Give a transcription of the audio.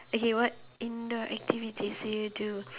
okay what indoor activities do you do